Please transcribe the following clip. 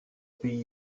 pays